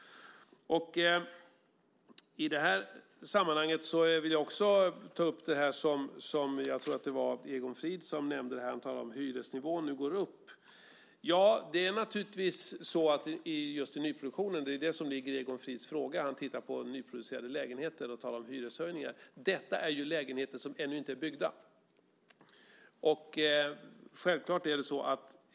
I det här sammanhanget vill jag också ta upp en annan sak. Jag tror att det var Egon Frid som nämnde detta. Han talade om att hyresnivån nu går upp. Det är naturligtvis så just i nyproduktionen. Det ligger i Egon Frids fråga. Han tittar på nyproducerade lägenheter och talar om hyreshöjningar. Detta är ju lägenheter som ännu inte är byggda.